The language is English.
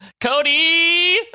Cody